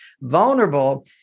Vulnerable